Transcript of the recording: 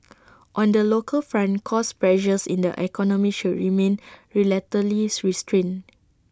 on the local front cost pressures in the economy should remain relatively restrained